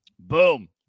Boom